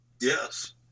Yes